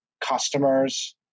customers